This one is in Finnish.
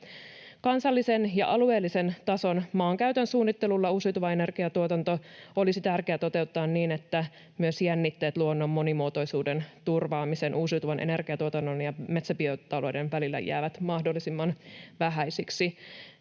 Kansallisen ja alueellisen tason maankäytön suunnittelulla uusiutuva energiatuotanto olisi tärkeää toteuttaa niin, että myös jännitteet luonnon monimuotoisuuden turvaamisen, uusiutuvan energiatuotannon ja metsäbiotalouden välillä jäävät mahdollisimman vähäisiksi.